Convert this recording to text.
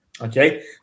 Okay